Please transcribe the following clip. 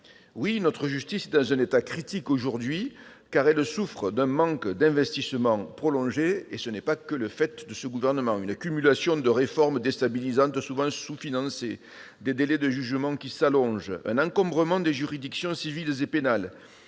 Oui, notre justice est dans un état critique aujourd'hui, car elle souffre d'un manque d'investissement prolongé, qui n'est pas du seul fait de ce gouvernement. Cette situation résulte d'une accumulation de réformes déstabilisantes souvent sous-financées, de délais de jugement qui s'allongent, d'un encombrement des juridictions civiles et pénales,